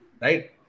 right